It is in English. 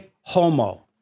Homo